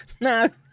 No